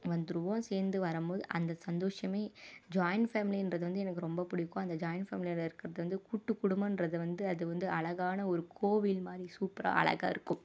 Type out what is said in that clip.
வந்துருவோம் சேர்ந்து வரும் போது அந்த சந்தோஷமே ஜாய்ன் ஃபேமிலின்றது வந்து எனக்கு ரொம்ப பிடிக்கும் அந்த ஜாய்ன் ஃபேமிலியில் இருக்கிறது வந்து கூட்டு குடும்பம்ன்றது வந்து அது வந்து அழகான ஒரு கோவில் மாதிரி சூப்பராக அழகாக இருக்கும்